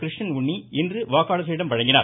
கிருஷ்ணன் உண்ணி இன்று வாக்காளர்களிடம் வழங்கினார்